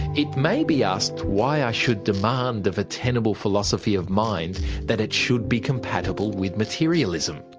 it may be asked why i should demand of a tenable philosophy of mind that it should be compatible with materialism.